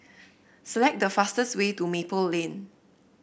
select the fastest way to Maple Lane